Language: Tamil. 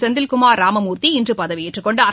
செந்தில்குமார் ராமமூர்த்தி இன்று பதவியேற்றுக் கொண்டார்